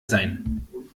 sein